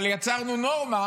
אבל יצרנו נורמה